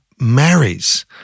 marries